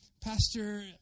Pastor